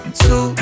two